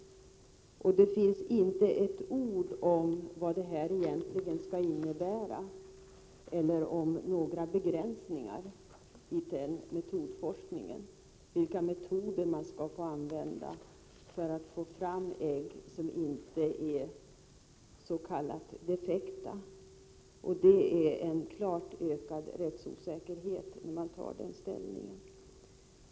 Men det står inte ett ord om vad detta egentligen skall innebära eller om några begränsningar i forskningen — vilka metoder som skall få användas för att få fram ägg som inte är ”defekta”. Det ställningstagandet innebär en klart ökad rättsosäkerhet.